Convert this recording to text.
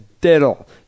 diddle